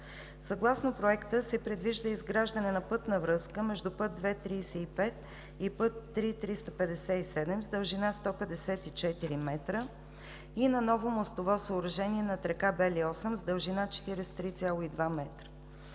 Съгласно Проекта се предвижда изграждане на пътна връзка между път II-35 и път III-357 с дължина 154 м и на ново мостово съоръжение над река Бели Осъм с дължина 43,2 м.